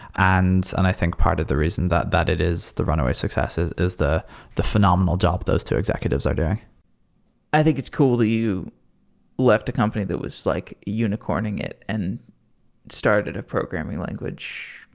and and i think part of the reason that that it is the runaway successes is the the phenomenal job those two executives are doing i think it's cool that you left the company that was like unicorning it and started a programming language.